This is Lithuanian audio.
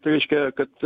reiškia kad